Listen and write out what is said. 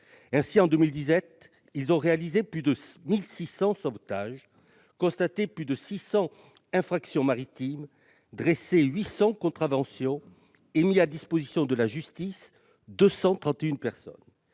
Ainsi, en 2017, ils ont réalisé plus de 1 600 sauvetages, constaté plus de 600 infractions maritimes, dressé 800 contraventions et mis à disposition de la justice 231 personnes.